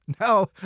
No